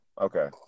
Okay